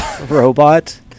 robot